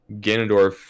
Ganondorf